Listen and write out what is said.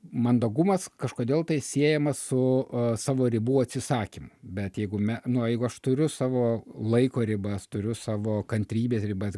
mandagumas kažkodėl tai siejamas su savo ribų atsisakymu bet jeigu nu jeigu aš turiu savo laiko ribas turiu savo kantrybės ribas